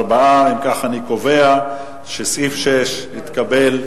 4. אני קובע שסעיף 6 התקבל,